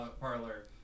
parlor